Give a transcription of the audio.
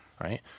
right